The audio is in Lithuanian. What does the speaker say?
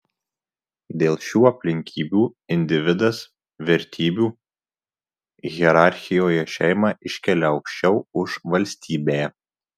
dėl šių aplinkybių individas vertybių hierarchijoje šeimą iškelia aukščiau už valstybę